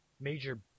Major